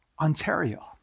Ontario